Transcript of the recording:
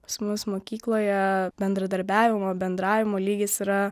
pas mus mokykloje bendradarbiavimo bendravimo lygis yra